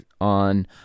on